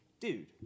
dude